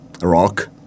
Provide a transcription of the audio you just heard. rock